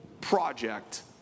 project